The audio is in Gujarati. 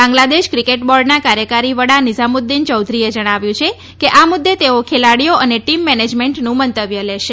બાંગ્લાદેશ ક્રિકેટ બોર્ડના કાર્યકારી વડા નિઝામુદ્દીન ચૌધરીએ જણાવ્યું છે કે આ મુદ્દે તેઓ ખેલાડીઓ અને ટીમ મેનેજમેન્ટનું મંતવ્ય લેશે